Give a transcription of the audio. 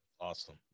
Awesome